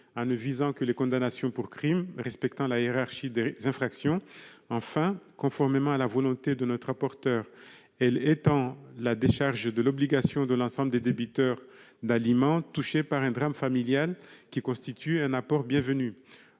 en ne visant que les condamnations pour crimes, respectant la hiérarchie des infractions. Enfin, conformément à la volonté de notre rapporteur, elle étant la décharge de l'obligation à l'ensemble des débiteurs d'aliments touchés par un drame familial, ce qui constitue un apport bienvenu.